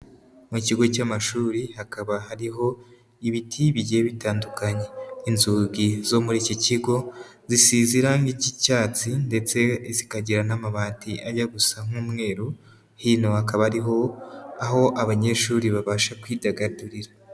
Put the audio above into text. Mu kigo cy'amashuri hakaba hariho ibiti bigiye bitandukanye. Inzugi zo muri iki kigo zisize irangi ry'icyatsi ndetse zikagira n'amabati ajya gusa nk'umweru, hino hakaba hariho aho abanyeshuri babasha kwidagadurira.